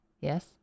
Yes